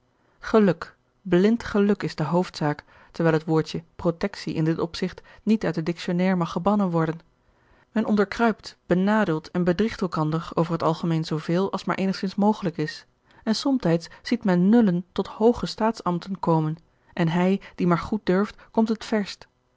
geluk blind geluk is de hoofdzaak terwijl het woordje protectie in dit opzigt niet uit den dictionnaire mag gebannen worden men onderkruipt benadeelt en bedriegt elkander over het algemeen zooveel als maar eenigzins mogelijk is en somtijds ziet men nullen tot hooge staatsambten komen en hij die maar goed durft komt het verst